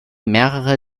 mehrere